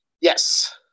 Yes